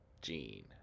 gene